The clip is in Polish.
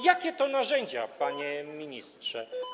Jakie to narzędzia, panie ministrze?